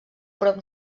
prop